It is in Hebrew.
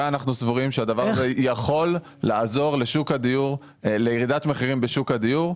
ואנחנו סבורים שהדבר הזה יכול לעזור לירידת מחירים בשוק הדיור.